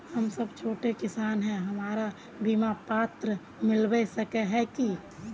हम सब छोटो किसान है हमरा बिमा पात्र मिलबे सके है की?